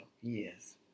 yes